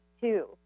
two